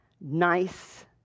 nice